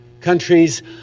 countries